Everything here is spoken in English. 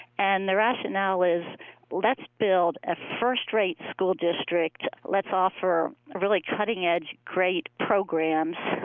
and the rationale is let's build a first-rate school district. let's offer really cutting edge, great programs,